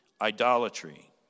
idolatry